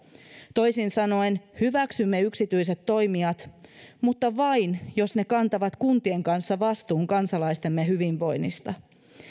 toisin sanoen hyväksymme yksityiset toimijat mutta vain jos ne kantavat kuntien kanssa vastuun kansalaistemme hyvinvoinnista